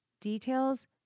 details